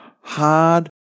hard